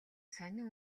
сонин